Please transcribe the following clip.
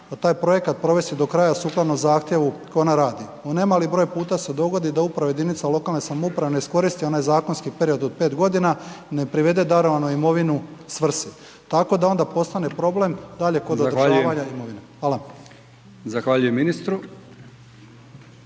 taj projekat provesti do kraja sukladno zahtjevu koji ona radi. Nemali broj puta se dogodi da upravo jedinica lokalne samouprave ne iskoristi onaj zakonski period od 5.g., ne privede darovanu imovinu svrsi, tako da onda postane problem dalje kod …/Upadica: Zahvaljujem/…